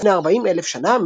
לפני 40,000 שנה,